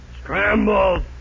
Scramble